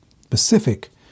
specific